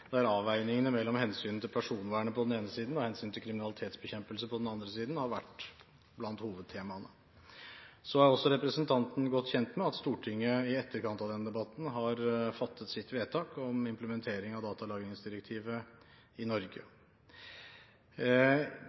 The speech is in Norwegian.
der avveiningene mellom hensynet til personvernet på den ene siden og hensynet til kriminalitetsbekjempelse på den andre siden har vært blant hovedtemaene. Nå er også representanten Skei Grande godt kjent med at Stortinget i etterkant av denne debatten har fattet sitt vedtak om implementering av datalagringsdirektivet i Norge.